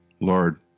Lord